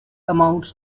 amounts